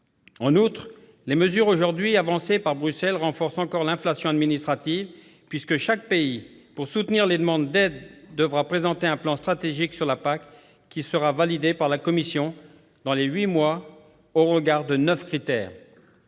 En outre, les mesures aujourd'hui avancées par Bruxelles renforcent encore l'inflation administrative, puisque chaque pays, pour soutenir les demandes d'aides, devra présenter un plan stratégique sur la PAC validé par la Commission dans les huit mois, au regard de neuf critères.